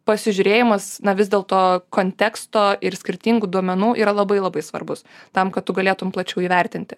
pasižiūrėjimas na vis dėl to konteksto ir skirtingų duomenų yra labai labai svarbus tam kad tu galėtum plačiau įvertinti